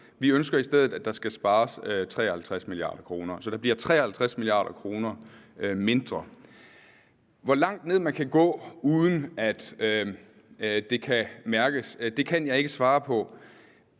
Vi ønsker i stedet, at der skal spares 53 mia. kr., så der bliver 53 mia. kr. mindre. Hvor langt ned man kan gå, uden at det kan mærkes, kan jeg ikke svare på.